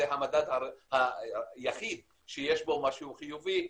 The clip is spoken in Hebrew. זה המדד היחיד שיש בו משהו חיובי,